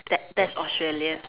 that that is Australian